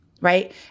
right